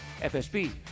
FSB